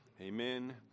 Amen